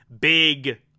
big